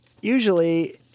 Usually